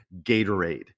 Gatorade